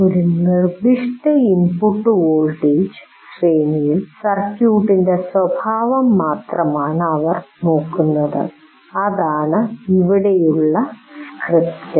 ഒരു നിർദ്ദിഷ്ട input voltage ശ്രേണിയിൽ സർക്യൂട്ടിന്റെ സ്വഭാവം മാത്രമാണ് അവർ നോക്കുന്നത് അതാണ് ഇവിടെയുള്ള സ്ക്രിപ്റ്റ്